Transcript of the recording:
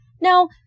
Now